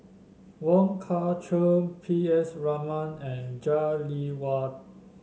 Wong Kah Chun P S Raman and Jah Lelawati